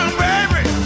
baby